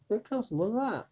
要靠什么 luck